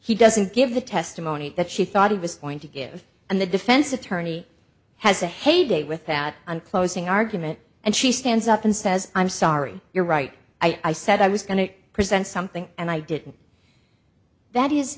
he doesn't give the testimony that she thought he was going to give and the defense attorney has a heyday with that on closing argument and she stands up and says i'm sorry you're right i said i was going to present something and i didn't that is